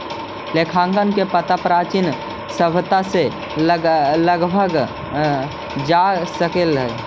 लेखांकन के पता प्राचीन सभ्यता से लगावल जा सकऽ हई